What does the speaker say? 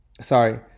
sorry